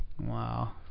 Wow